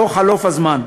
לאור חלוף הזמן.